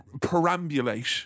perambulate